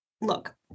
look